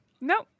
Nope